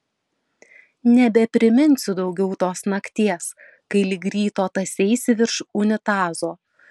nebepriminsiu daugiau tos nakties kai lig ryto tąseisi virš unitazo